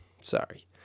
Sorry